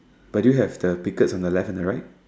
do you have the piglet at the left and the right